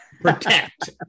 protect